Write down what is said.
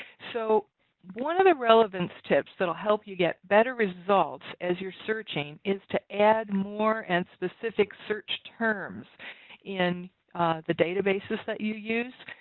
so one of the relevance tips that will help you get better results as you're searching is to add more and specific search terms in the databases that you use.